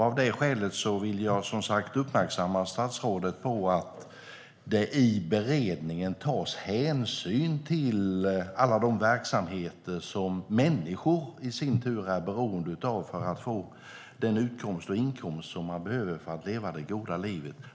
Av det skälet vill jag uppmärksamma statsrådet på att det i beredningen bör tas hänsyn till alla de verksamheter som människor i sin tur är beroende av för att få den utkomst och inkomst som de behöver för att leva det goda livet.